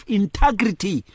integrity